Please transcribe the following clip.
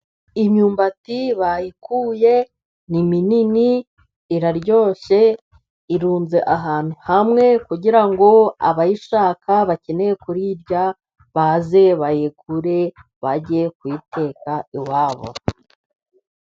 Imyumbati bayikuye, ni minini ,iraryoshye ,irunze ahantu hamwe ,kugirango abayishaka bakeneye kuyirya , baze bayigure bajye kuyiteka iwabo.